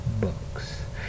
books